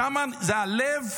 שם זה הלב.